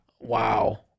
wow